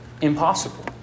Impossible